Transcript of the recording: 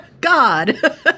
God